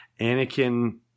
Anakin